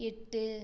எட்டு